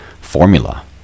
formula